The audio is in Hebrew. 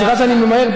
סליחה שאני ממהר.